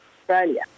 Australia